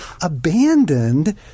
abandoned